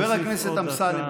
חבר הכנסת אמסלם,